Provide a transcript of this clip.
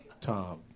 Tom